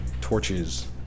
torches